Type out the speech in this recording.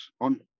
on